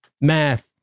math